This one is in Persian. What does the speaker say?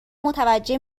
متوجه